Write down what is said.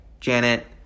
Janet